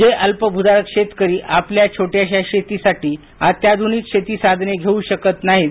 जे अल्प भूधारक शेतकरी आपल्या छोट्याश्या शेतीसाठी अत्याधूनिक शेती साधने घेऊ शकत नाहीत